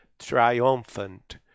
triumphant